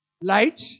light